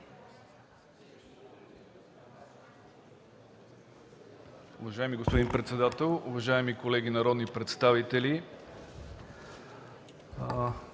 Уважаеми господин председател, уважаеми колеги народни представители!